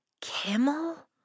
Kimmel